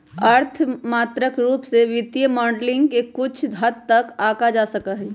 अर्थ मात्रात्मक रूप से वित्तीय मॉडलिंग के कुछ हद तक आंका जा सका हई